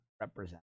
represent